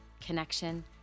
connection